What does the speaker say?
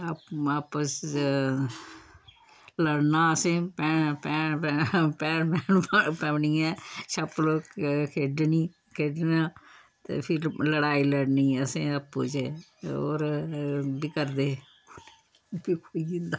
आपस च लड़ना असें भैन पौनी ऐ सप खेढनी खेढना ते फ्ही लड़ाई लड़नी असें आपूं चें होर एह् बी करदे हे